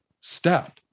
step